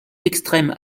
extrême